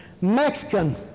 Mexican